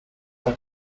lag